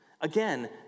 Again